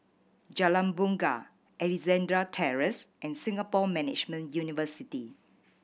Jalan Bungar Alexandra Terrace and Singapore Management University